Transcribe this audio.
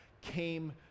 came